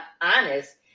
honest